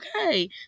okay